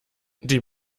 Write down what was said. die